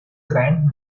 grant